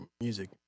music